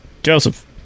Joseph